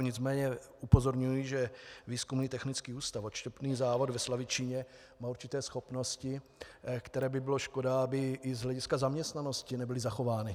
Nicméně upozorňuji, že Výzkumný technický ústav odštěpný závod ve Slavičíně má určité schopnosti, které by bylo škoda, aby i z hlediska zaměstnanosti nebyly zachovány.